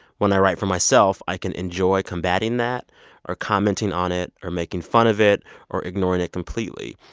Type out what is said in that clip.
when i write for myself, i can enjoy combating that or commenting on it or making fun of it or ignoring it completely.